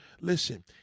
Listen